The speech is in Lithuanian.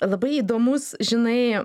labai įdomus žinai